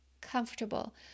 comfortable